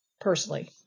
personally